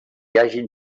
hagin